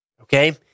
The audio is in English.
okay